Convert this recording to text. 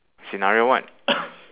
scenario one